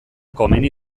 komeni